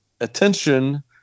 attention